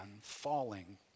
falling